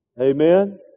Amen